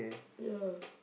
ya